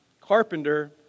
carpenter